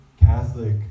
Catholic